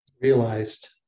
realized